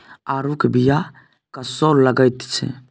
आड़ूक बीया कस्सो लगैत छै